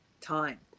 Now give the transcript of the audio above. time